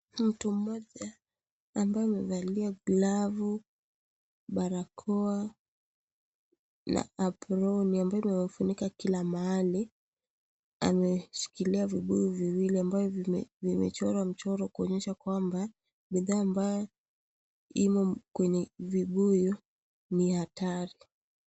Mtu moja ambaye amevalia glavu, barakoa na aproni ambayo imemfunika kila mahali ameshikilia vibuyu viwili ambayo vimechorwa mchoro kuonyesha kwamba bidhaa ambayo imo kwenye vibuyu ni hatari.